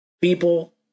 people